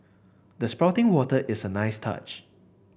the spouting water is a nice touch